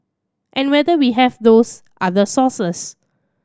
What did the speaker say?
and whether we have those other sources